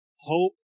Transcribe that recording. hope